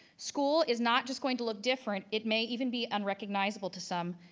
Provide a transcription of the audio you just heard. school is not just going to look different, it may even be unrecognizable to some.